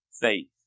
Faith